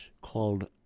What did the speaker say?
called